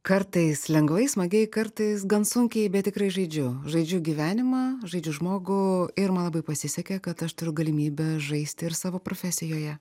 kartais lengvai smagiai kartais gan sunkiai bet tikrai žaidžiu žaidžiu gyvenimą žaidžiu žmogų ir man labai pasisekė kad aš turiu galimybę žaisti ir savo profesijoje